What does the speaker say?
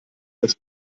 das